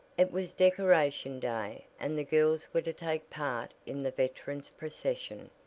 it was decoration day, and the girls were to take part in the veterans' procession.